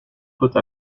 côte